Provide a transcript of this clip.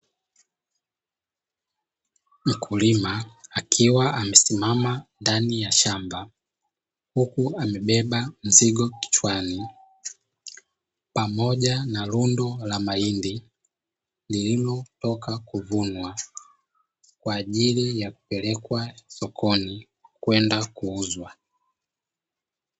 Mkulima akiwa amesimama ndani ya shamba huku amebeba mzigo kichwani, pamoja na rundo la mahindi lililotoka kuvunwa kwa ajili ya kupelekwa sokoni kwenda kuuzwa.